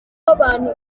abantu